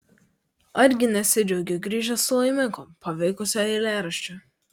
argi nesidžiaugiu grįžęs su laimikiu pavykusiu eilėraščiu